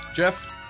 Jeff